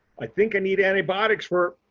i think i need antibiotics for.